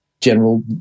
General